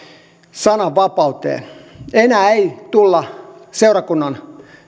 sananvapauteen enää ei tulla seurakunnan